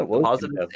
Positive